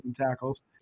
tackles